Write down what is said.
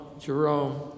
Jerome